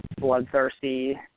bloodthirsty